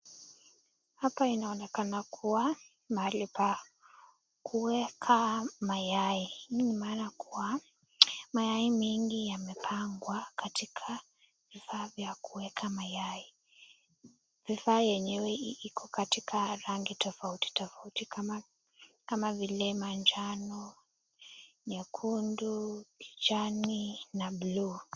Hapa inaonekana kuwa mahali pa kuweka mayai, hii ni mara kwa mayai mingi yamepangwa katika kifaa cha kuweka mayai , vifaa chenye huwa iko Kwa rangi tafauti tafauti kama vile manjano , nyekundu kijani na blue .